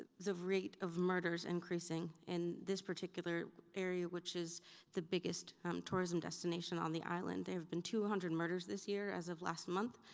ah the rate of murders increasing in this particular area which is the biggest tourism destination on the island. there have been two hundred murders this year as of last month,